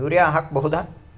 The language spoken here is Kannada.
ಯೂರಿಯ ಹಾಕ್ ಬಹುದ?